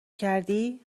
کردی